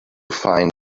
find